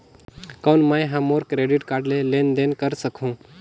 कौन मैं ह मोर क्रेडिट कारड ले लेनदेन कर सकहुं?